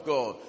God